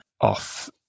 off